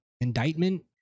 indictment